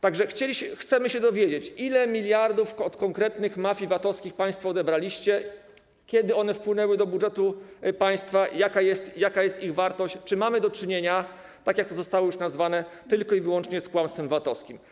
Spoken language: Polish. Tak że chcemy się dowiedzieć, ile miliardów od konkretnych mafii VAT-owskich państwo odebraliście, kiedy one wpłynęły do budżetu państwa, jaka jest ich wartość, czy mamy do czynienia, tak jak to zostało już nazwane, tylko i wyłącznie z kłamstwem VAT-owskim.